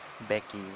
Becky